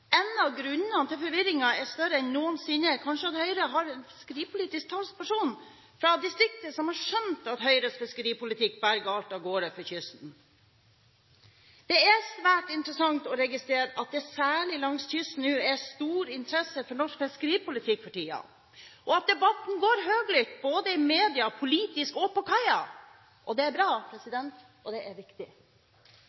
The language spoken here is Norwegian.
En av grunnene til at forvirringen er større enn noensinne, er kanskje at Høyre har en fiskeripolitisk talsperson fra distriktet, som har skjønt at Høyres fiskeripolitikk bærer galt av gårde for kysten. Det er svært interessant å registrere at det særlig langs kysten er stor interesse for norsk fiskeripolitikk for tiden, og at debatten går høylytt – både i media, politisk og på kaia. Det er bra, og det er